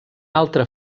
altre